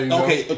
okay